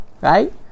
right